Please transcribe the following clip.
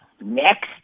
Next